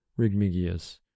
Rigmigius